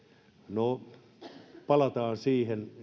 no palataan siihen